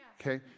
okay